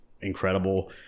incredible